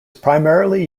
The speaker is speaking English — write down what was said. primarily